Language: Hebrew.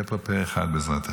יהיה פה פה אחד, בעזרת שם.